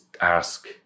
ask